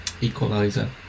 Equalizer